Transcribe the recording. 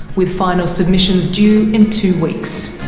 with final submissions due in two weeks.